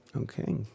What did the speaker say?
okay